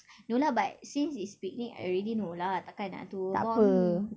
no lah but since it's picnic I already know lah takkan I nak tu buang ni